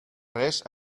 res